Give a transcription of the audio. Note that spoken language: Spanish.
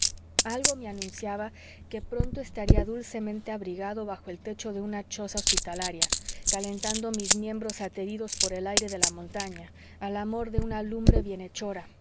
algo me anunciaba que pronto estaría dulcemente abrigado bajo el techo de una choza hospitalaria calentando mis miembros ateridos por el aire de la montaña al amor de una lumbre